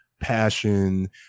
passion